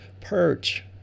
perch